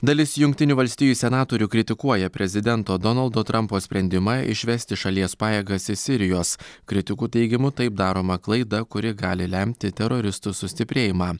dalis jungtinių valstijų senatorių kritikuoja prezidento donaldo trampo sprendimą išvesti šalies pajėgas iš sirijos kritikų teigimu taip daroma klaida kuri gali lemti teroristų sustiprėjimą